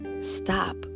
stop